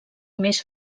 més